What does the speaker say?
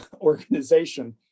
organization